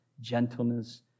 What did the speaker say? gentleness